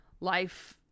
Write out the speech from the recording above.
life